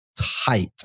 tight